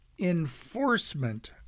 enforcement